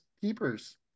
keepers